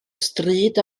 stryd